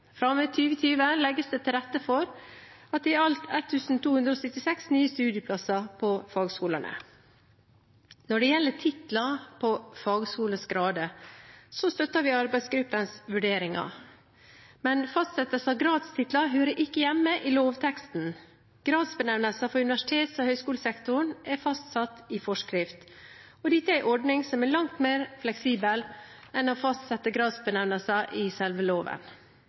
med 2020 legges det til rette for i alt 1 276 nye studieplasser på fagskolene. Når det gjelder titler på fagskolenes grader, støtter vi arbeidsgruppens vurderinger. Men fastsettelsen av gradstitler hører ikke hjemme i lovteksten. Gradsbenevnelser for universitets- og høyskolesektoren er fastsatt i forskrift, og dette er en ordning som er langt mer fleksibel enn å fastsette gradsbenevnelser i selve loven.